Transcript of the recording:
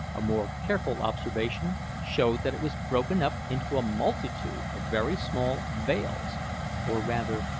a more careful observation showed that it was broken up into a multitude of very small vales or, rather,